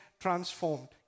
Transformed